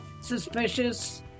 suspicious